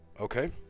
Okay